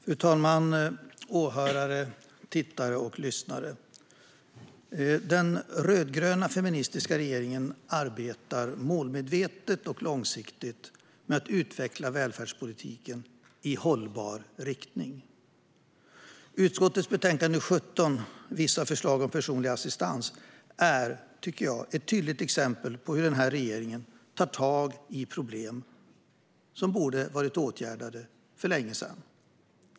Fru talman! Åhörare, tittare och lyssnare! Den rödgröna feministiska regeringen arbetar målmedvetet och långsiktigt med att utveckla välfärdspolitiken i en hållbar riktning. Utskottets betänkande 17 Vissa förslag om personlig assistans är, tycker jag, ett tydligt exempel på hur den här regeringen tar tag i problem som borde ha varit åtgärdade för länge sedan.